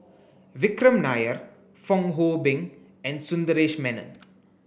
Vikram Nair Fong Hoe Beng and Sundaresh Menon